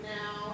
now